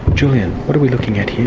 julian, what are we looking at here?